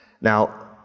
Now